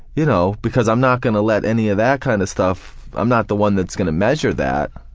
you know because i'm not gonna let any of that kind of stuff, i'm not the one that's gonna measure that,